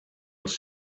els